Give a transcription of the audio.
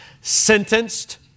sentenced